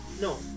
No